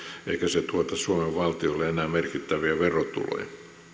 eikä se tuota suomen valtiolle enää merkittäviä verotuloja